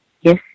Yes